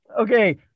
Okay